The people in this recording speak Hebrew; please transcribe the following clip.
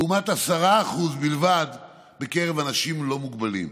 לעומת 10% בלבד בקרב אנשים לא מוגבלים.